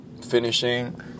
finishing